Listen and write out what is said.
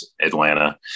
Atlanta